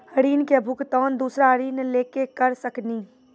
ऋण के भुगतान दूसरा ऋण लेके करऽ सकनी?